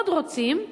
מאוד רוצים,